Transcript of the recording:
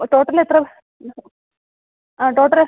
ആ ടോട്ടൽ എത്ര ആ ടോട്ടൽ